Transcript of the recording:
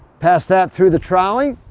pass that through the trolley,